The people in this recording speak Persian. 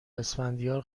اسفندیار